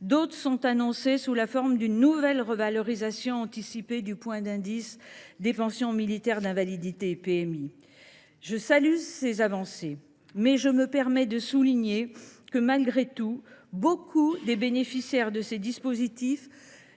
D’autres sont annoncés, sous la forme d’une nouvelle revalorisation anticipée du point d’indice des PMI. Je salue ces avancées, mais je me permets de souligner que, malgré tout, beaucoup de bénéficiaires de ces dispositifs